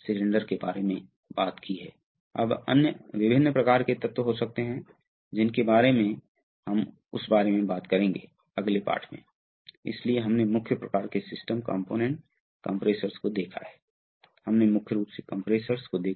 सक्रियण प्रणालियों को देखा है